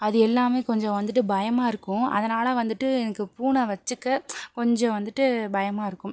அது எல்லாமே கொஞ்சம் வந்துட்டு பயமாக இருக்கும் அதனால் வந்துட்டு எனக்கு பூனை வச்சிக்க கொஞ்சம் வந்துட்டு பயமாக இருக்கும்